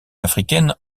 africaine